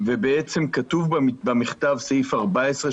ובעצם כתוב במכתב בסעיף 14,